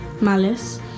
malice